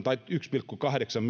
tai yksi pilkku kahdeksan